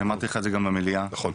אני אמרתי לך את זה גם במליאה --- נכון.